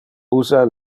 usa